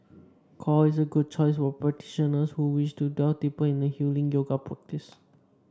core is a good choice for practitioner who wish to delve deeper into a healing yoga practice